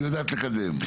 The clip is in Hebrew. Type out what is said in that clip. והיא יודעת לקדם.